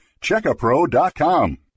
Checkapro.com